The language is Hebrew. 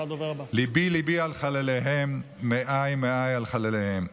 לִבי לִבי על חלליהם, מעי מעי על הרוגיהם,